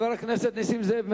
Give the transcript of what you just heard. חבר הכנסת נסים זאב,